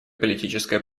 политическая